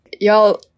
Y'all